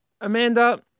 Amanda